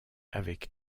avec